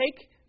take